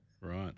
Right